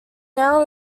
now